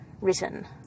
written